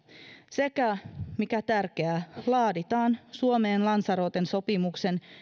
sekä mikä on tärkeää laaditaan suomeen lanzaroten sopimuksen